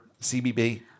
CBB